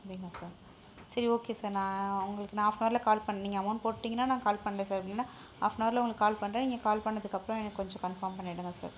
அப்படிங்களா சார் சரி okay sir நான் உங்களுக்கு நான் ஆஃப்னார்ல கால் பண் நீங்கள் அமௌண்ட் போட்டிங்கனா நான் கால் பண்ணல சார் அப்படி இல்லைனா ஆஃப்னார்ல உங்களுக்கு கால் பண்ணுறன் நீங்கள் கால் பண்ணதுக்கப்புறோம் எனக்கு கொஞ்சம் கன்ஃபாம் பண்ணிடுங்க சார்